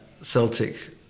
Celtic